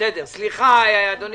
סליחה אדוני,